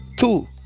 two